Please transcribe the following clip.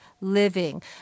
living